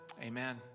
Amen